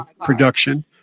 production